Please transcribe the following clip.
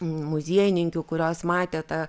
muziejininkių kurios matė tą